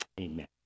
amen